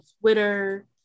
Twitter